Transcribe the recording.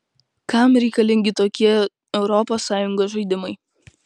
kam reikalingi tokie europos sąjungos žaidimai